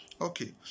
Okay